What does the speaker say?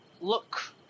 look